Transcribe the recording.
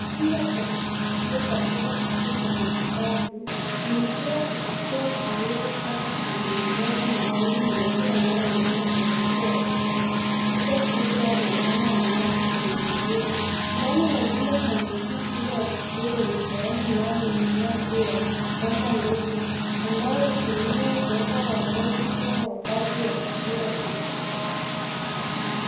Chumba cha eksirei katika kituo cha matibabu, imepigwa kupitia kioo kwani kuna madoa madogo meupe yanayoonekana kwenye uso wa picha, labda vumbi au matone ya maji kwenye kioo. Ndani ya chumba kuna mashini kubwa ya eksirei na sehemu inayoning'inia juu ya meza ndefu, ambayo hutumiwa kuweka wagonjwa wakati wa kupigwa picha.